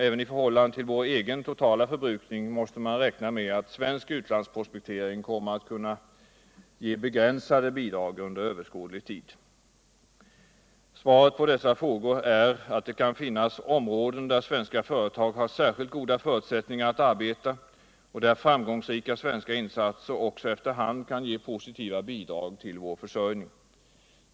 Även i förhållande till vår egen totala förbrukning måste man räkna med att svensk utlandsprospektering kommer att kunna ge begränsade bidrag under överskådlig tid. Svaret på dessa frågor är att det kan finnas områden där svenska företag har särskilt goda förutsättningar att arbeta och där framgångsrika svenska insatser också efter hand kan ge posniva bidrag till vår försörjning.